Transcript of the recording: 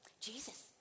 Jesus